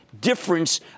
difference